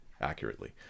accurately